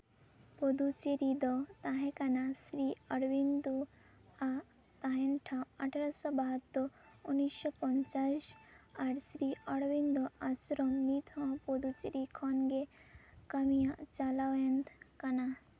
ᱯᱩᱫᱩᱪᱮᱨᱤ ᱫᱚ ᱛᱟᱦᱮᱸ ᱠᱟᱱᱟ ᱥᱨᱤ ᱚᱨᱚᱵᱤᱱᱫᱩᱣᱟᱜ ᱛᱟᱦᱮᱱ ᱴᱷᱟᱶ ᱟᱨ ᱟᱴᱷᱮᱨᱳᱥᱚ ᱵᱟᱦᱟᱛᱛᱳᱨ ᱩᱱᱤ ᱥᱚ ᱯᱚᱧᱪᱟᱥ ᱟᱨ ᱥᱨᱤ ᱚᱨᱚᱵᱤᱱᱫᱚ ᱟᱥᱨᱚᱢ ᱱᱤᱛ ᱦᱚᱸ ᱯᱩᱫᱩᱪᱮᱨᱤ ᱠᱷᱚᱱ ᱜᱮ ᱠᱟᱹᱢᱤᱭᱟᱜ ᱪᱟᱞᱟᱣᱮᱱ ᱠᱟᱱᱟ